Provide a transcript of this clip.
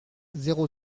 zéro